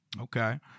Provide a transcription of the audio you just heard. Okay